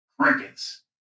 Crickets